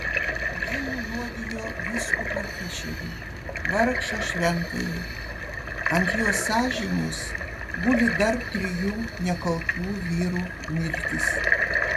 ji nunuodijo vyskupą fišerį vargšą šventąjį ant jos sąžinės guli dar trijų nekaltų vyrų mirtys